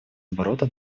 оборота